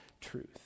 truth